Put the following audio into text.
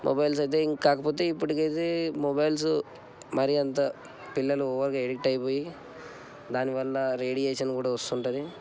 mobiles అయితే ఇప్పుడు కాకపోతే ఇప్పుడు కైతే మొబైల్సు మరీ అంత పిల్లలు ఓవర్గా అడిక్ట్ అయిపోయి దానివల్ల రేడియేషన్ కూడా వస్తుంది